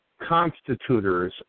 constitutors